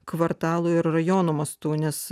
kvartalų ir rajonų mastu nes